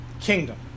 kingdom